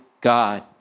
God